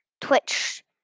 Twitch